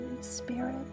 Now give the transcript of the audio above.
Spirit